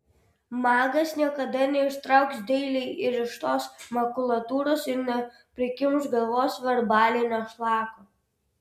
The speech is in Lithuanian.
magas niekada neištrauks dailiai įrištos makulatūros ir neprikimš galvos verbalinio šlako